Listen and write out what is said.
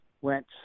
went